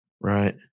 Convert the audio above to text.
right